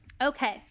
Okay